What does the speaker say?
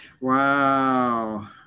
wow